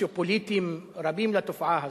סוציו-פוליטיים רבים לתופעה הזאת,